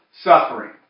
suffering